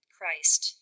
Christ